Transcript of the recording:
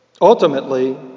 ultimately